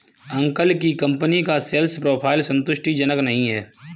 uncle की company का sales profile संतुष्टिजनक नही है